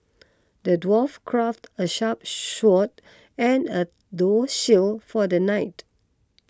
the dwarf crafted a sharp sword and a tough shield for the knight